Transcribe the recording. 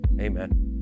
Amen